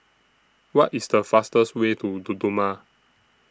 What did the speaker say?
What IS The fastest Way to Dodoma